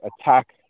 attack